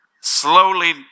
slowly